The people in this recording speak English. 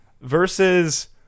versus